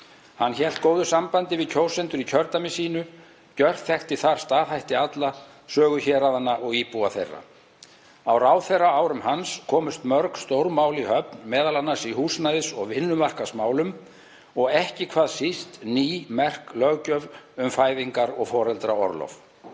Hann hélt góðu sambandi við kjósendur í kjördæmi sínu, gjörþekkti þar staðhætti alla, sögu héraðanna og íbúa þeirra. Á ráðherraárum hans komust mörg stórmál í höfn, m.a. í húsnæðis- og vinnumarkaðsmálum, og ekki hvað síst ný, merk löggjöf um fæðingar- og foreldraorlof.